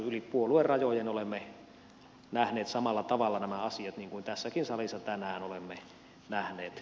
yli puoluerajojen olemme nähneet samalla tavalla nämä asiat niin kuin tässäkin salissa tänään olemme nähneet